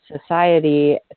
society